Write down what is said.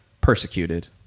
persecuted